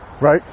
Right